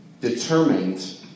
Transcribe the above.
determined